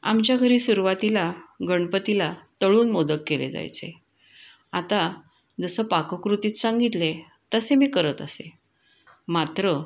आमच्या घरी सुरवातीला गणपतीला तळून मोदक केले जायचे आता जसं पाककृतीत सांगितलं आहे तसे मी करत असे मात्र